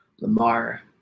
Lamar